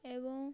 ଏବଂ